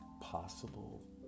possible